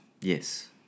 Yes